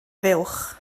fuwch